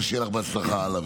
ושיהיה לך בהצלחה הלאה,